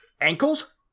ankles